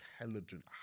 intelligent